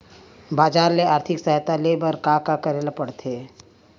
बजार ले आर्थिक सहायता ले बर का का करे ल पड़थे?